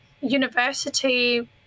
university